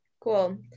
Cool